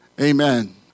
Amen